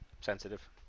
sensitive